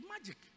magic